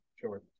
Sure